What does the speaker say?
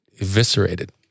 eviscerated